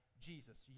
Jesus